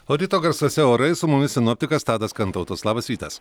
o ryto garsuose orai su mumis sinoptikas tadas kantautas labas rytas